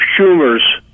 Schumer's